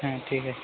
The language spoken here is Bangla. হ্যাঁ ঠিক আছে